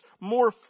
more